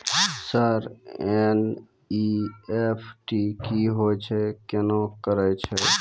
Sir NEFT की होय छै, केना करे छै?